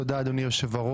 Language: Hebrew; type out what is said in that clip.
תודה, אדוני היושב-ראש.